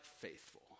faithful